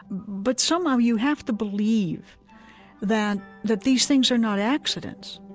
but somehow you have to believe that that these things are not accidents,